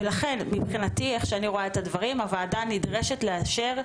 ולפי איך שאני רואה את הדברים הוועדה נדרשת לאשר פה